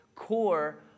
core